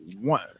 one